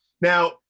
Now